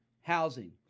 housing